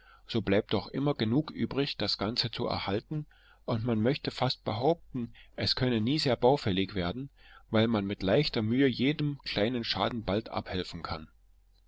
so bleibt doch immer genug übrig das ganze zu erhalten und man möchte fast behaupten es könne nie sehr baufällig werden weil man mit leichter mühe jedem kleinen schaden bald abhelfen kann